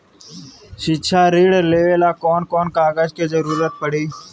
शिक्षा ऋण लेवेला कौन कौन कागज के जरुरत पड़ी?